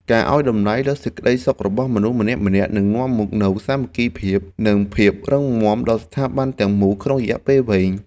ការឱ្យតម្លៃលើសេចក្តីសុខរបស់មនុស្សម្នាក់ៗនឹងនាំមកនូវសាមគ្គីភាព និងភាពរឹងមាំដល់ស្ថាប័នទាំងមូលក្នុងរយៈពេលវែង។